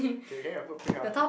okay get a food pic ah